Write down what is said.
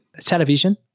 television